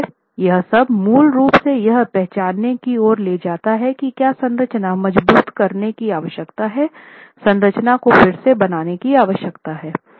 इसलिए यह सब मूल रूप से यह पहचानने की ओर ले जाता है कि क्या संरचना मजबूत करने की आवश्यकता है संरचना को फिर से बनाने की आवश्यकता है